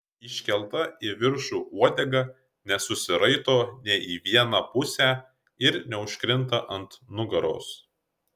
iškelta į viršų uodega nesusiraito nė į vieną pusę ir neužkrinta ant nugaros